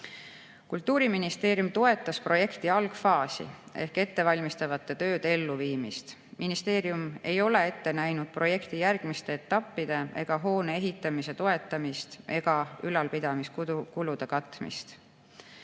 Kultuuriministeerium toetas projekti algfaasi ehk ettevalmistavate tööde elluviimist. Ministeerium ei ole ette näinud projekti järgmiste etappide ega hoone ehitamise toetamist ega ülalpidamiskulude katmist.